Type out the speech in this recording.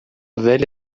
velha